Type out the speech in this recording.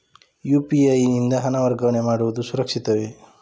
UPI ಯಿಂದ ಹಣ ವರ್ಗಾವಣೆ ಮಾಡುವುದು ಸುರಕ್ಷಿತವೇ?